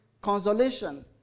consolation